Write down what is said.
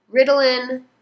Ritalin